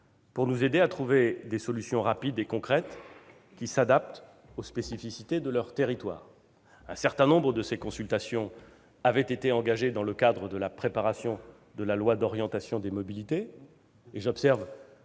pour nous aider à trouver des solutions rapides, concrètes et adaptées aux spécificités de leurs territoires. Un certain nombre de ces consultations avaient été engagées dans le cadre de la préparation du projet de loi d'orientation des mobilités. J'observe